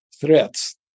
threats